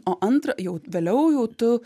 o antra jau vėliau jau tu